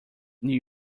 new